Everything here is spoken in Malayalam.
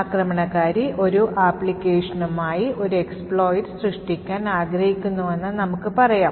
ആക്രമണകാരി ഒരു അപ്ലിക്കേഷനായി ഒരു exploit സൃഷ്ടിക്കാൻ ആഗ്രഹിക്കുന്നുവെന്ന് നമുക്ക് പറയാം